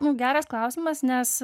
nu geras klausimas nes